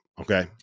okay